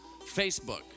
Facebook